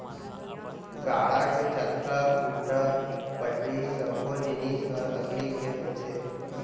गाड़ा के चक्का, खूंटा, पटरी सब्बो जिनिस ह लकड़ी के होथे